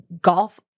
golf